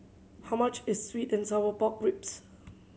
how much is sweet and sour pork ribs